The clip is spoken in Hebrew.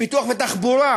פיתוח ותחבורה,